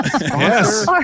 Yes